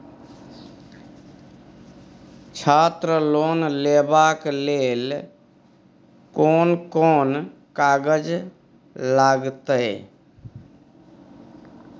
छात्र लोन लेबाक लेल कोन कोन कागज लागतै?